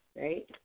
right